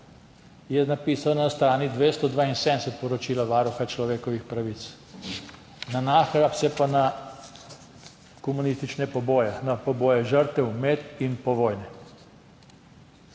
je napisano na strani 272 poročila Varuha človekovih pravic, nanaša se pa na komunistične poboje, na poboje žrtev med in po vojni.